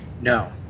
No